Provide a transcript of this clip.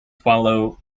follow